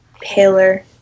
paler